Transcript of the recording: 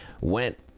went